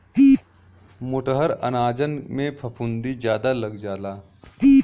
मोटहर अनाजन में फफूंदी जादा लग जाला